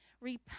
Repent